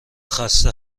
خسته